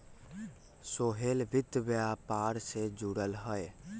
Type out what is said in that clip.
सोहेल वित्त व्यापार से जुरल हए